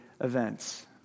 events